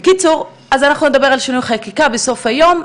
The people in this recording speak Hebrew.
בקיצור, אז אנחנו נדבר על שינוי חקיקה בסוף היום.